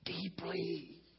deeply